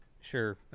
Sure